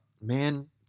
man